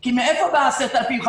כי מאיפה באים ה-10,500?